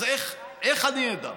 אז איך, איך אני אדע?